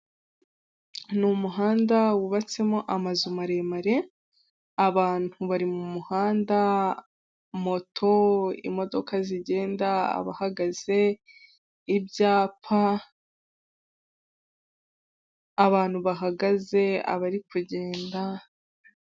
Ni umuhanda wubatsemo amazu maremare, abantu bari mu muhanda, moto, imodoka zigenda, abahagaze ibyapa, abantu bahagaze, abari kugenda.